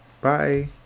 Bye